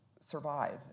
survive